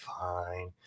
fine